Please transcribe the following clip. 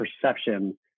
perception